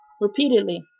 repeatedly